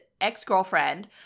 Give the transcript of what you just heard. ex-girlfriend